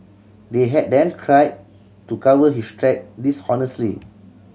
they had then cried to cover his track dishonestly